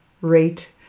rate